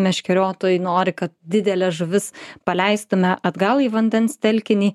meškeriotojai nori kad dideles žuvis paleistume atgal į vandens telkinį